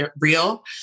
real